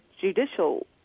judicial